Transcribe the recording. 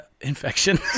infection